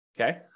Okay